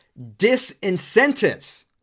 disincentives